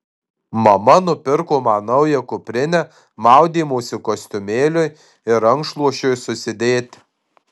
mama nupirko man naują kuprinę maudymosi kostiumėliui ir rankšluosčiui susidėti